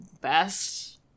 best